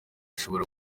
ishobora